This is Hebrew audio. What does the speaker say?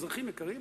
אזרחים יקרים,